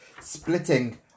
splitting